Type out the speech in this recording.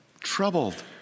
troubled